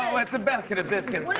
oh, it's a basket of biscuits. what are